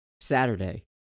Saturday